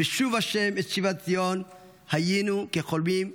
"בשוב ה' את שיבת ציון היינו כחלמים".